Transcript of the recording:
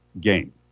game